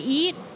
eat